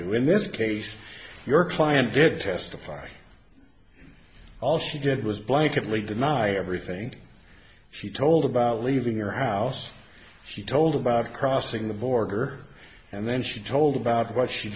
do in this case your client did testify all she did was blanket league ny everything she told about leaving her house she told about crossing the border and then she told about why she